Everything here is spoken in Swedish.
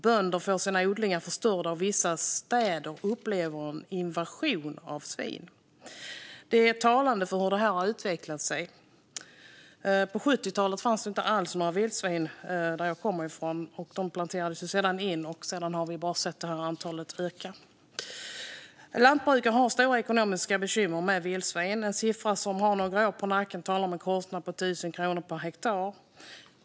Bönder får sina odlingar förstörda och vissa städer upplever en invasion av svin." Det är talande för hur det här har utvecklat sig. På 70-talet fanns det inte alls så många vildsvin där jag kommer ifrån. De planterades in senare, och sedan har antalet bara ökat. Lantbrukare har stora ekonomiska bekymmer med vildsvin. En siffra som har några år på nacken är en kostnad på 1 000 kronor per hektar.